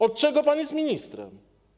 Od czego pan jest ministrem?